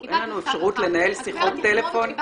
אין לנו אפשרות לנהל שיחות טלפון --- הגב' יחימוביץ,